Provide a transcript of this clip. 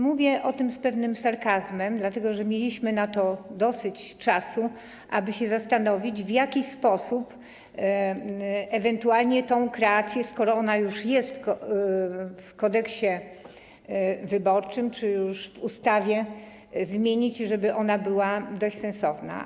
Mówię o tym z pewnym sarkazmem, dlatego że mieliśmy dosyć czasu na to, aby zastanowić się, w jaki sposób ewentualnie tę kreację - skoro ona już jest w Kodeksie wyborczym czy już w ustawie - zmienić, żeby była dość sensowna.